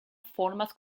formas